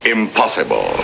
impossible